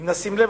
אם נשים לב,